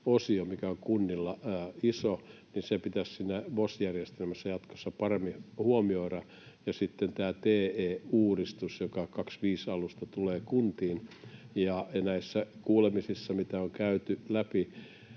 mikä on kunnilla iso. Se pitäisi VOS-järjestelmässä jatkossa paremmin huomioida. Ja sitten toinen on tämä TE-uudistus, joka vuoden 25 alusta tulee kuntiin. Näiden kuulemisten perusteella, mitä on käyty läpi,